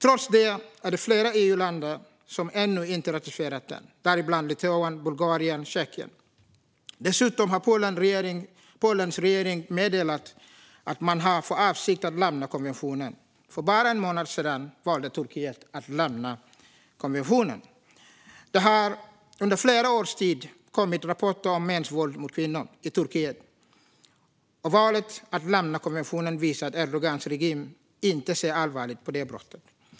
Trots det är det flera EU-länder som ännu inte har ratificerat den, däribland Litauen, Bulgarien och Tjeckien. Dessutom har Polens regering meddelat att man har för avsikt att lämna konventionen. För bara en månad sedan valde Turkiet att lämna den. Det har under flera års tid kommit rapporter om mäns våld mot kvinnor i Turkiet, och valet att lämna konventionen visar att Erdogans regim inte ser allvarligt på dessa brott.